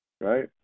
Right